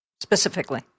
specifically